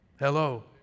Hello